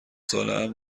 سالهام